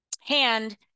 hand